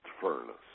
furnace